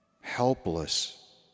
helpless